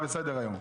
שהיה בסדר היום.